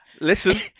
listen